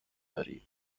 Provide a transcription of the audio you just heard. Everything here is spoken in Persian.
داری